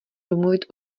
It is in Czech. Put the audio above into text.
domluvit